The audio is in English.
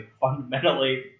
fundamentally